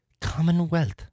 Commonwealth